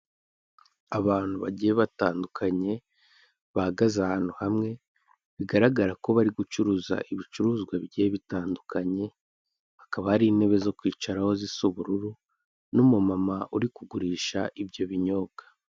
Abantu bagiye batandukanye bahagaze ahantu hamwe bigaragara ko bari gucuruza ibicuruzwa bigiye bitandukanye, hakaba hari intebe zo kwicaraho zisa ubururu n'umumama uri kugurisha ibyo binyobwa.